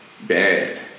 bad